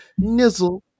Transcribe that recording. Nizzle